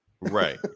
Right